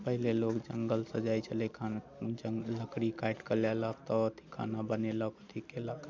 पहिले लोक जङ्गल से जाइत छलै खाना लकड़ी काटिके लएलक तऽ खाना बनेलक अथि कयलक